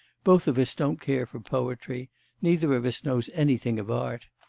both of us don't care for poetry neither of us knows anything of art.